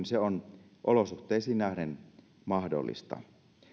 se on olosuhteisiin nähden mahdollista